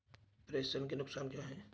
प्रेषण के नुकसान क्या हैं?